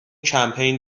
کمپین